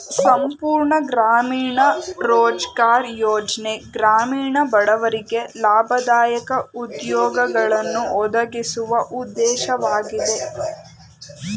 ಸಂಪೂರ್ಣ ಗ್ರಾಮೀಣ ರೋಜ್ಗಾರ್ ಯೋಜ್ನ ಗ್ರಾಮೀಣ ಬಡವರಿಗೆ ಲಾಭದಾಯಕ ಉದ್ಯೋಗಗಳನ್ನು ಒದಗಿಸುವ ಉದ್ದೇಶವಾಗಿದೆ